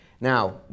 Now